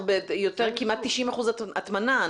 כמעט 90 אחוזים הטמנה.